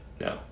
no